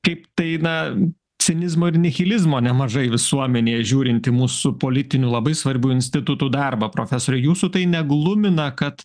kaip tai na cinizmo ir nihilizmo nemažai visuomenėj žiūrint į mūsų politinių labai svarbių institutų darbą profesore jūsų tai neglumina kad